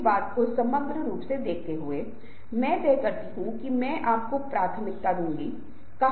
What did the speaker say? यदि आप बारीकी से देखते हैं कि आप पाते हैं कि यह सिर है और यह घुटने है यह धड़ है यह जांघ है यह छाती है और यह है कंधे